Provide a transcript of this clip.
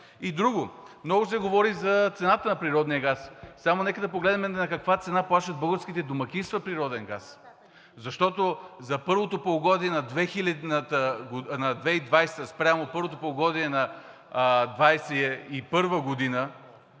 И друго, много се говори за цената на природния газ. Нека да погледнем на каква цена плащат българските домакинства природен газ. Защото за първото полугодие на 2020-а